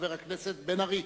חבר הכנסת בן-ארי.